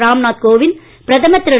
ராம்நாத் கோவிந்த் பிரதமர்திரு